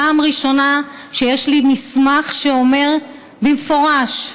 פעם ראשונה שיש לי מסמך שאומר במפורש,